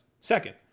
Second